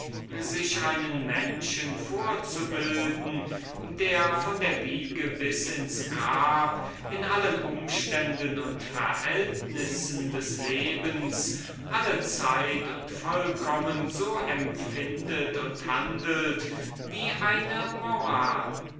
sich einen menschen einzubilden der von der wiege an bis ins grab in allen umständen und verhältnissen des lebens allezeit und vollkommen so empfindt denkt und handelt wie eine moral